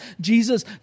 Jesus